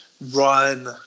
run